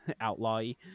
outlaw-y